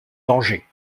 danger